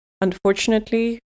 unfortunately